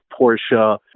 Porsche